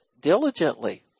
diligently